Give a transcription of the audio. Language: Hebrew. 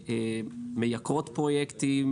בהחלטות שמייקרות פרויקטים.